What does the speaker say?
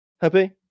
Happy